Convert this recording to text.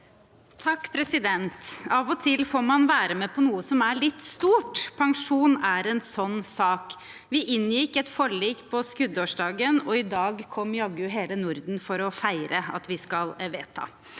sakene): Av og til får man være med på noe som er litt stort. Pensjon er en sånn sak. Vi inngikk et forlik på skuddårsdagen, og i dag kom jaggu hele Norden for å feire at vi skal vedta!